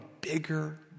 bigger